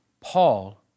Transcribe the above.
Paul